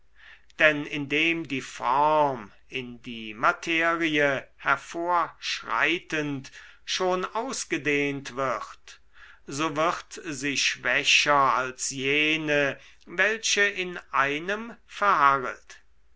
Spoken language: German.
denn indem die form in die materie hervorschreitend schon ausgedehnt wird so wird sie schwächer als jene welche in einem verharret